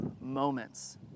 moments